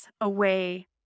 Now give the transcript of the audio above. away